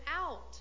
out